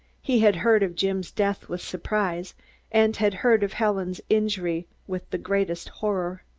he had heard of jim's death with surprise and had heard of helen's injury with the greatest horror.